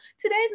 Today's